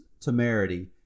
temerity